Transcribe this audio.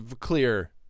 clear